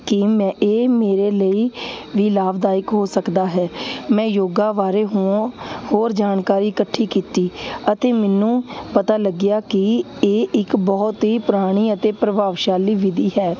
ਕਿ ਮੈਂ ਇਹ ਮੇਰੇ ਲਈ ਵੀ ਲਾਭਦਾਇਕ ਹੋ ਸਕਦਾ ਹੈ ਮੈਂ ਯੋਗਾ ਬਾਰੇ ਹੋ ਹੋਰ ਜਾਣਕਾਰੀ ਇਕੱਠੀ ਕੀਤੀ ਅਤੇ ਮੈਨੂੰ ਪਤਾ ਲੱਗਿਆ ਕਿ ਇਹ ਇੱਕ ਬਹੁਤ ਹੀ ਪੁਰਾਣੀ ਅਤੇ ਪ੍ਰਭਾਵਸ਼ਾਲੀ ਵਿਧੀ ਹੈ